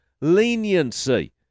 leniency